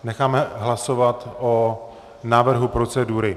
Necháme hlasovat o návrhu procedury.